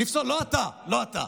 לא אתה,